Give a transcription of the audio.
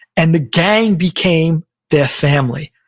and the gang became their family.